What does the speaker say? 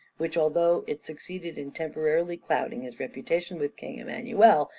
which, although it succeeded in temporarily clouding his reputation with king emmanuel,